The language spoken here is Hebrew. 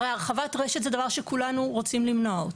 והרי הרחבת רשת זה דבר שכולנו רוצים למנוע.